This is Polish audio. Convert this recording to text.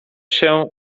się